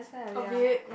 a bit